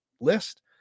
list